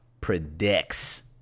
predicts